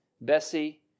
Bessie